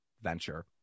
venture